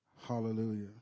Hallelujah